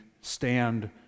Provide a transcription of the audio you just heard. stand